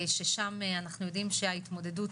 ששם אנחנו יודעים שההתמודדות,